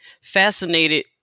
fascinated